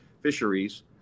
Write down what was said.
fisheries